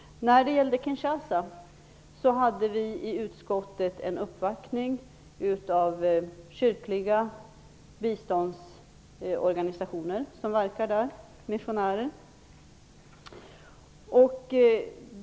Vi blev i utskottet uppvaktade om ambassaden i Kinshasa av representanter för kyrkliga biståndsorganisationer som verkar som missionärer i området.